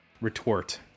retort